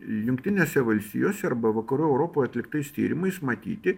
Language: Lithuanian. jungtinėse valstijose arba vakarų europoje atliktais tyrimais matyti